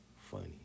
funny